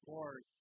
Lord